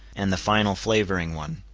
and the final flavoring one.